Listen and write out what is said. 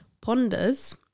Ponders